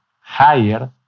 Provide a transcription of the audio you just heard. higher